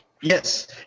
Yes